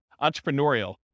entrepreneurial